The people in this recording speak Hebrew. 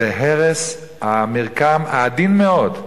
זה הרס המרקם העדין מאוד,